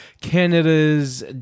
Canada's